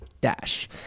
Dash